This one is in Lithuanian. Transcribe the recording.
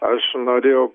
aš norėjau